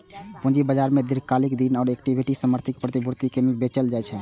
पूंजी बाजार मे दीर्घकालिक ऋण आ इक्विटी समर्थित प्रतिभूति कीनल आ बेचल जाइ छै